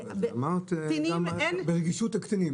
אמרת ברגישות לקטינים.